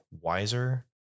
wiser